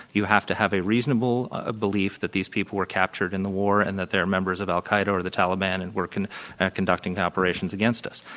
you have to have a reasonable ah belief that these people were captured in the war and that they are members of al-qaeda or the taliban and were and conducting operations against us.